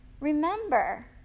Remember